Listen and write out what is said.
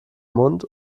mund